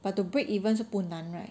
but to break even 是不难 right